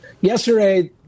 Yesterday